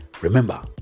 Remember